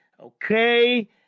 Okay